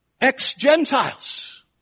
Ex-Gentiles